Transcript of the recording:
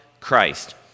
Christ